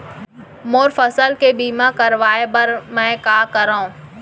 मोर फसल के बीमा करवाये बर में का करंव?